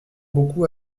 beaucoup